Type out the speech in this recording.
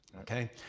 okay